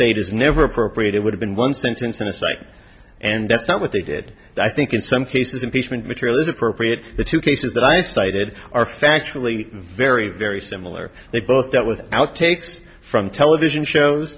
is never appropriate it would have been one sentence on the site and that's not what they did i think in some cases impeachment material is appropriate the two cases that i cited are factually very very similar they both dealt with outtakes from television shows